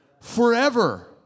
forever